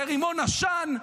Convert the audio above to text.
זה רימון עשן.